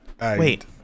Wait